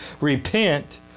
repent